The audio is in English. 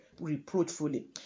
reproachfully